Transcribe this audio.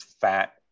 fat